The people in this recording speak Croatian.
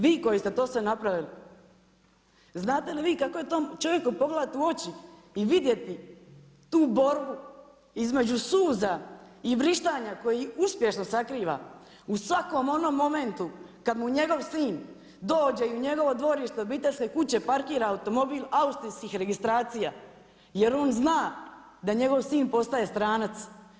Vi koji ste to sve napravili, znate li vi kako je tom čovjeku pogledati u oči i vidjeti tu borbu između suza i vrištanja koje uspješno sakriva u svakom onom momentu kad mu njegov sin dođe u njegovo dvorište obiteljske kuće, parkira automobil austrijskih registracija, jer on zna da njegov sin postaje stranac.